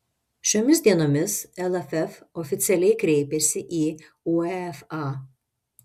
šiomis dienomis lff oficialiai kreipėsi į uefa